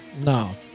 No